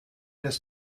des